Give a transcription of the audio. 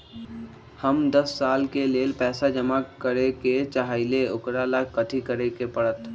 हम दस साल के लेल पैसा जमा करे के चाहईले, ओकरा ला कथि करे के परत?